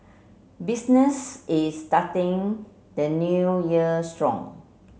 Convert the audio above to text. business is starting the New Year strong